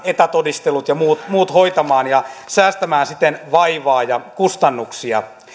etätodistelut ja muut muut hoitamaan ja säästämään siten vaivaa ja kustannuksia